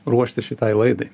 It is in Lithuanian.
ruoštis šitai laidai